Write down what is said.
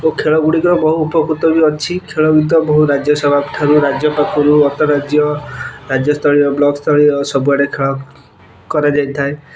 ଓ ଖେଳ ଗୁଡ଼ିକର ବହୁ ଉପକୃତ ବି ଅଛି ଖେଳ ଗୀତ ବହୁ ରାଜ୍ୟ ସଭା ଠାରୁ ରାଜ୍ୟ ପାଖରୁ ଅନ୍ତ ରାଜ୍ୟ ରାଜ୍ୟସ୍ତରୀୟ ବ୍ଲକ୍ସ୍ତରୀୟ ସବୁଆଡ଼େ ଖେଳ କରାଯାଇଥାଏ